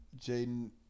Jaden